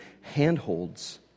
handholds